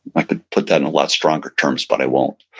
i could put that in a lot stronger terms but i won't.